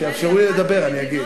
כשיאפשרו לי לדבר אני אגיד.